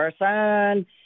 person